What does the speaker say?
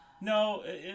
No